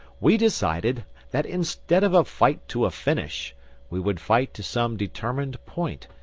we decided that instead of a fight to a finish we would fight to some determined point,